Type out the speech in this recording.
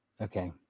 okay